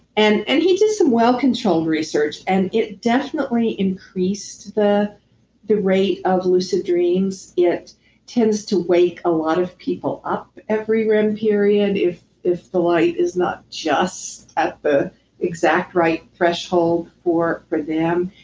and and he did some well controlled research, and it definitely increased the the rate of lucid dreams it tends to wake a lot of people up every rem period if if the light is not just at the exact right threshold for for them.